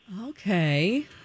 Okay